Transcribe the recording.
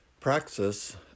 Praxis